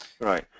Right